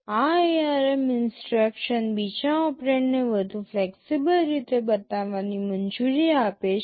આ ARM instruction બીજા ઓપરેન્ડને વધુ ફ્લેક્સિબલ રીતે બતાવાની મંજૂરી આપે છે